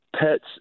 pets